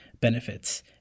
benefits